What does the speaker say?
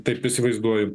taip įsivaizduoju